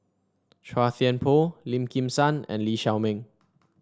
Chua Thian Poh Lim Kim San and Lee Shao Meng